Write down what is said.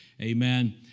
Amen